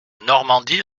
normandie